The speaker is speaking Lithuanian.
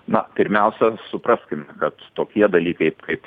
na pirmiausia supraskim kad tokie dalykai kaip